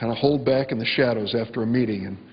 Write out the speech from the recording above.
hold back in the shadows after a meeting and